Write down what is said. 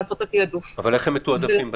לא נותן לנו מענה למקרה שקודם הוצג פה